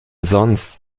sonst